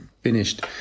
finished